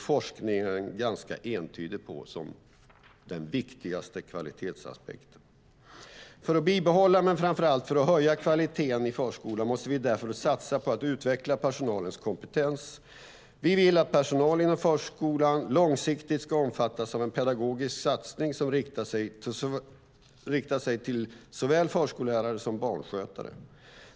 Forskningen är ganska entydig: Detta är den viktigaste kvalitetsaspekten. För att bibehålla men framför allt höja kvaliteten i förskolan måste vi därför satsa på att utveckla personalens kompetens. Vi vill att personalen inom förskolan långsiktigt ska omfattas av en pedagogisk satsning som riktar sig till såväl förskollärare som barnskötare.